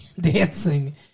dancing